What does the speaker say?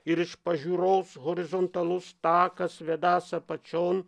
ir iš pažiūros horizontalus takas vedąs apačion